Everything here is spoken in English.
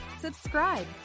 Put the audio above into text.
subscribe